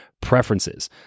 preferences